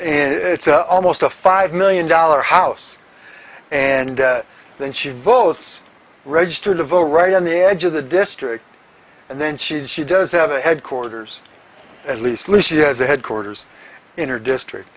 and it's almost a five million dollar house and then she votes registered to vote right on the edge of the district and then she says she does have a headquarters at least she has a headquarters in her district